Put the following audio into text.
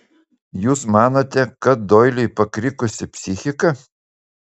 jūs manote kad doiliui pakrikusi psichika